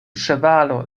ĉevalo